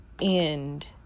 end